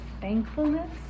thankfulness